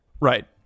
Right